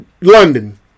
London